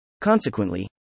Consequently